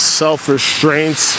self-restraint